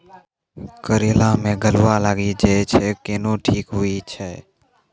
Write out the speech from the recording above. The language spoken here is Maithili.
करेला मे गलवा लागी जे छ कैनो ठीक हुई छै?